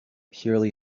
purely